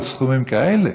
בפרט בסכומים כאלה.